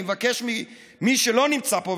אני מבקש ממי שלא נמצא פה,